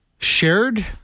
shared